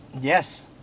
Yes